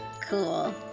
Cool